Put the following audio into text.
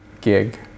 gig